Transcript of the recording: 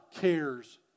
cares